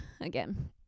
again